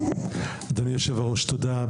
אדוני היושב ראש, תודה.